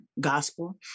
gospel